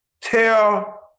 tell